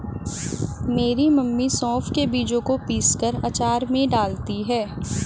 मेरी मम्मी सौंफ के बीजों को पीसकर अचार में डालती हैं